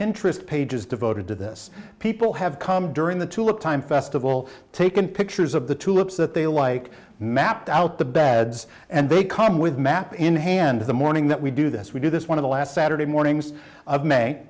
pinterest pages devoted to this people have come during the to look time festival taken pictures of the tulips that they like mapped out the beds and they come with map in hand the morning that we do this we do this one of the last saturday